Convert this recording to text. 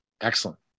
Excellent